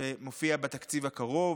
שמופיעים בתקציב הקרוב.